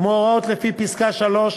כמו ההוראות לפי פסקה (3),